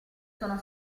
sono